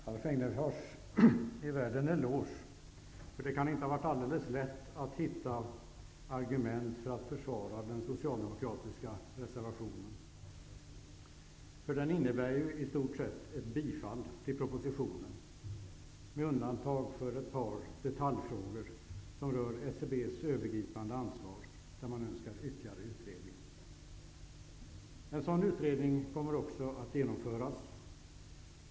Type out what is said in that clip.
Herr talman! Alf Egnerfors är värd en eloge, eftersom det inte kan ha varit alldeles lätt att hitta argument för att försvara den socialdemokratiska reservationen. Den innebär ju i stort sett ett bifall till propositionen, med undantag för ett par detaljfrågor som rör SCB:s övergripande ansvar. Om detta önskar man ytterligare utredning. En sådan utredning kommer också att genomföras.